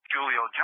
Julio